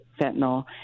fentanyl